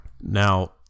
Now